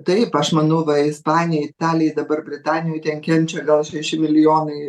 taip aš manau va ispanija italija dabar britanijoj ten kenčia gal šeši milijonai